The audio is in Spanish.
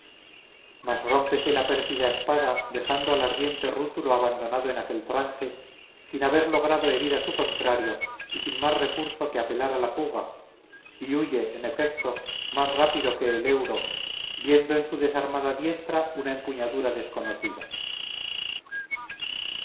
ejércitos mas rómpese la pérfida espada dejando al ardiente rútulo abandonado en aquel trance sin haber logrado herir a su contrario y sin más recurso que apelar a la fuga y huye en efecto más rápido que el euro viendo en su desarmada diestra una empuñadura desconocida